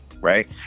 right